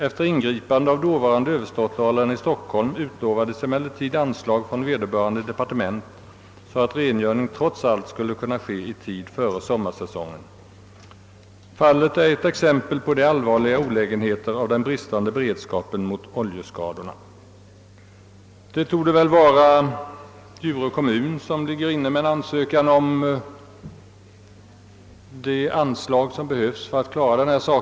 Efter ingripande av dåvarande överståthållaren i Stockholm utlovades emellertid anslag från vederbörande departement, så att rengöring trots allt skulle kunna ske i tid före sommarsäsongen. — Fallet är ett exempel på de allvarliga olägenheterna av den bristande beredskapen mot oljeskadorna.» Det torde vara Djurö kommun som ligger inne med en ansökan om det anslag som behövs för att klara dessa skador.